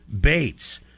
Bates